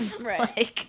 Right